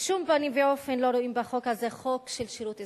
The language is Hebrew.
בשום פנים ואופן לא רואים בחוק הזה חוק של שירות אזרחי.